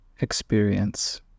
experience